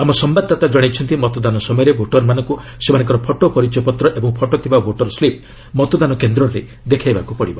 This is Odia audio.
ଆମ ସମ୍ଭାଦଦାତା ଜଣାଇଛନ୍ତି ମତଦାନ ସମୟରେ ଭୋଟର୍ମାନଙ୍କୁ ସେମାନଙ୍କର ଫଟୋ ପରିଚୟ ପତ୍ର ଓ ଫଟୋ ଥିବା ଭୋଟର୍ ସ୍ଲିପ୍ ମତଦାନ କେନ୍ଦ୍ରରେ ଦେଖାଇବାକୁ ପଡ଼ିବ